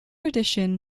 addition